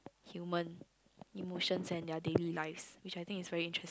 human emotions and their daily lives which I think is very interesting